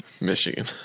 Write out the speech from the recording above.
Michigan